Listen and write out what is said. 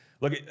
Look